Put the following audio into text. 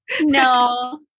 No